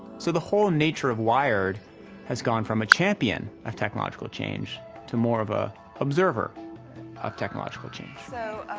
so, the whole nature of wired has gone from a champion of technological change to more of a observer of technological change. so,